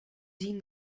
zien